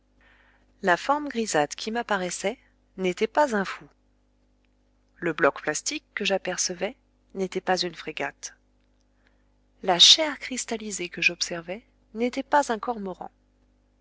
la forme grisâtre qui m'apparaissait n'était pas un fou le bloc plastique que j'apercevais n'était pas une frégate la chair cristallisée que j'observais n'était pas un cormoran